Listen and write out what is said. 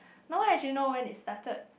no one actually know when it started